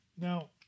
Now